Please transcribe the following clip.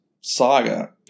saga